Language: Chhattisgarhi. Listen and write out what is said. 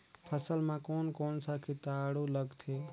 फसल मा कोन कोन सा कीटाणु लगथे?